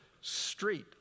street